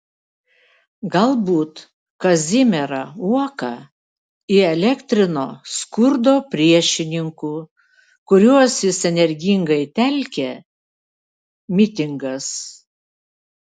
galbūt kazimierą uoką įelektrino skurdo priešininkų kuriuos jis energingai telkė mitingas